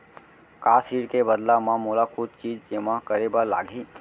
का ऋण के बदला म मोला कुछ चीज जेमा करे बर लागही?